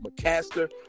McCaster